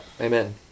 Amen